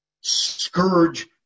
scourge